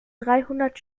dreihundert